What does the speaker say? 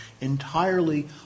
entirely